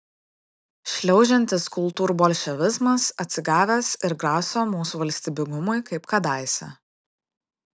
šliaužiantis kultūrbolševizmas atsigavęs ir graso mūsų valstybingumui kaip kadaise